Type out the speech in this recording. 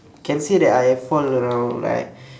can say that I fall around like